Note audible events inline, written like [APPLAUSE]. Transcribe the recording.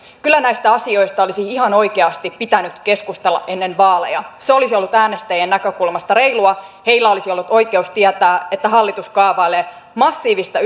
kyllä näistä asioista olisi ihan oikeasti pitänyt keskustella ennen vaaleja se olisi ollut äänestäjien näkökulmasta reilua heillä olisi ollut oikeus tietää että hallitus kaavailee massiivista [UNINTELLIGIBLE]